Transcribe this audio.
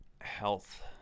health